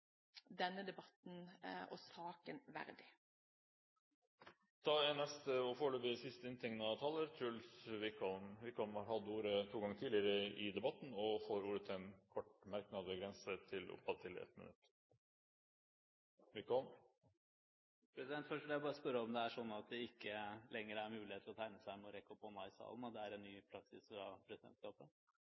denne debatten og saken verdig. Siste inntegnede taler er Truls Wickholm. Wickholm har hatt ordet to ganger tidligere og får ordet til en kort merknad begrenset til 1 minutt. Først vil jeg bare spørre om det ikke lenger er mulighet til å tegne seg ved å rekke opp hånda i salen, om det er en ny praksis fra presidentskapet.